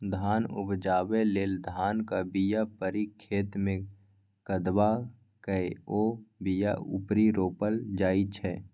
धान उपजाबै लेल धानक बीया पारि खेतमे कदबा कए ओ बीया उपारि रोपल जाइ छै